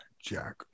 jack